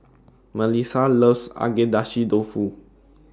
Mellissa loves Agedashi Dofu